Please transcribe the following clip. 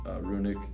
Runic